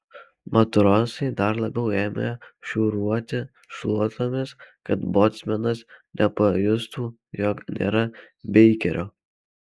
matrosai dar labiau ėmė šiūruoti šluotomis kad bocmanas nepajustų jog nėra beikerio